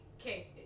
okay